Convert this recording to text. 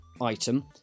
item